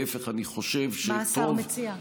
מה השר מציע?